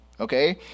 okay